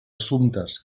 assumptes